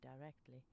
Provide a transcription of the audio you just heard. directly